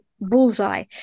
bullseye